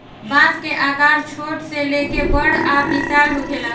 बांस के आकर छोट से लेके बड़ आ विशाल होखेला